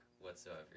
whatsoever